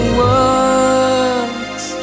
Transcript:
words